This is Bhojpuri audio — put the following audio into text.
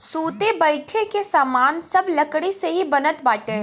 सुते बईठे के सामान सब लकड़ी से ही बनत बाटे